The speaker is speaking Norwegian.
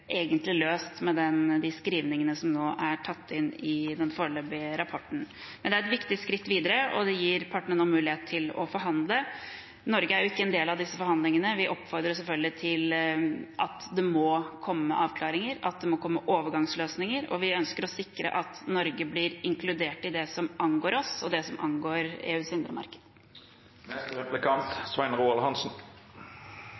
egentlig løst med det som er skrevet og tatt inn i den foreløpige rapporten. Men det er et viktig skritt videre, og det gir partene mulighet til å forhandle. Norge er ikke en del av disse forhandlingene. Vi oppfordrer selvfølgelig til at det må komme avklaringer, at det må komme overgangsløsninger, og vi ønsker å sikre at Norge blir inkludert i det som angår oss, og det som angår EUs indre marked.